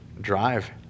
Drive